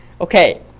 Okay